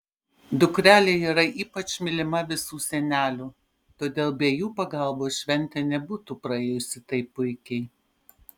dukrelė yra ypač mylima visų senelių todėl be jų pagalbos šventė nebūtų praėjusi taip puikiai